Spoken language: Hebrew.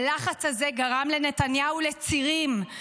הלחץ הזה גרם לנתניהו לצירים,